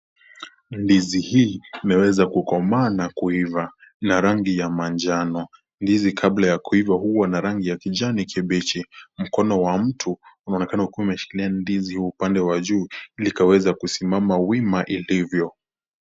Ndizi hii, imeweza kukomaa na kuiva na rangi ya manjano. Ndizi kabla ya kuiva huwa na rangi ya kijani kibichi. Mkono wa mtu unaonekana ukiwa umeshikilia ndizi upande wa juu, ili ikaweza kusimama wima vilivyo.